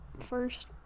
first